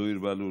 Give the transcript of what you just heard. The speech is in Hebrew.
זוהיר בהלול,